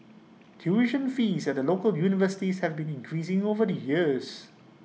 tuition fees at the local universities have been increasing over the years